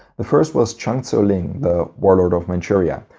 the first was chang tso-lin, the warlord of manchuria.